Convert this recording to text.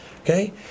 okay